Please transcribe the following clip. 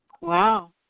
Wow